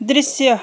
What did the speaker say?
दृश्य